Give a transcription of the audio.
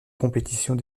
compétitions